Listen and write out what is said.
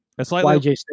YJ